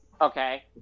Okay